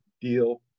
deal